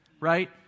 right